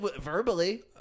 verbally